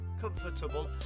comfortable